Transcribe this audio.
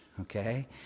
okay